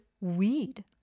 weed